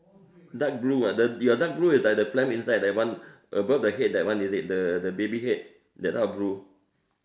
dark blue ah the your dark blue is like the pram inside that one above the head that one is it the the baby head that type of blue